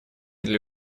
для